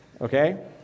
okay